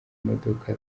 imodoka